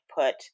put